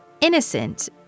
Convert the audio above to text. innocent